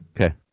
okay